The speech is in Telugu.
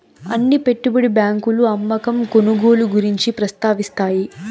అన్ని పెట్టుబడి బ్యాంకులు అమ్మకం కొనుగోలు గురించి ప్రస్తావిస్తాయి